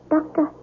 Doctor